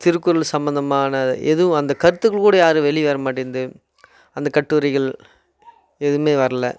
திருக்குறள் சம்மதமான ஏதும் அந்த கருத்துகள் கூட யாரும் வெளியே வர மாட்டேந்து அந்த கட்டுரைகள் எதுவும் வரலை